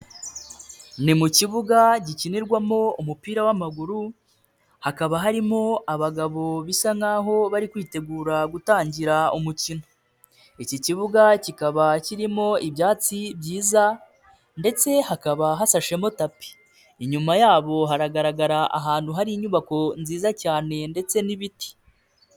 Ni mu kibuga gikinirwamo umupira w'amaguru hakaba harimo abagabo bisa naho bari kwitegura gutangira umukino. Iki kibuga kikaba kirimo ibyatsi byiza ndetse hakaba hasashemo tapi, inyuma yabo haragaragara ahantu hari inyubako nziza cyane ndetse n'ibiti.